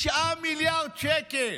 9 מיליארד שקל.